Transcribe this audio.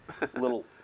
little